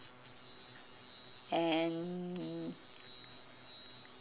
and